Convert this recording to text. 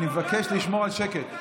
אני מבקש לשמור על שקט.